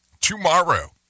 tomorrow